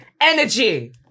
Energy